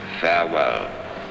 farewell